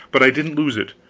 but i didn't lose it.